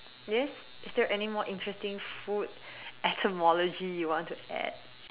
yes is there anymore interesting food etymology you want to add